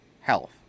health